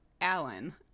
Alan